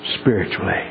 spiritually